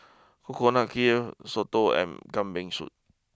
Coconut Kuih Soto and Kambing Soup